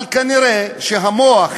אבל כנראה המוח